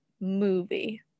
movie